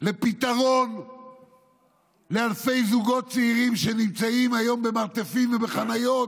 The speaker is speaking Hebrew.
לפתרון לאלפי זוגות צעירים שנמצאים היום במרתפים ובחניות,